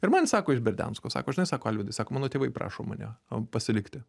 ir man sako iš berdiansko sako žinai sako alvydai sako mano tėvai prašo mane pasilikti